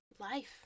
life